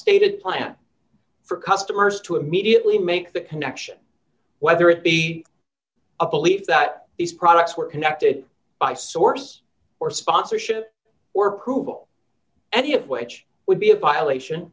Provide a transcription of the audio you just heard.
stated plan for customers to immediately make the connection whether it be a belief that these products were connected by source or sponsorship were prove all any of which would be a violation